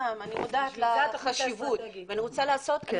מודעת לחשיבות ואני רוצה לעשות,